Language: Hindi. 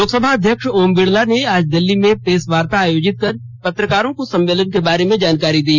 लोकसभा अध्यक्ष ओम बिडला ने आज दिल्ली में प्रेस वार्ता आयोजित कर पत्रकारों को सम्मेलन के बारे में जानकारी दी